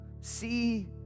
See